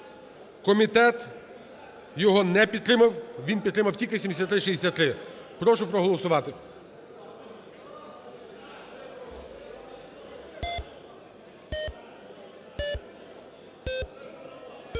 Комітет його не підтримав, він підтримав тільки 7363. Прошу проголосувати.